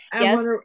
Yes